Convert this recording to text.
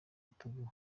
rutugu